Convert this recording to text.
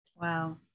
Wow